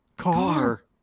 Car